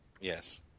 Yes